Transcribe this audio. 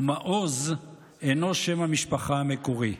ושמעוז אינו שם המשפחה המקורי.